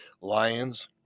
Lions